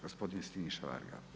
Gospodin Siniša Varga.